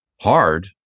hard